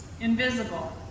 invisible